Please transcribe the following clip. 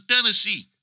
Tennessee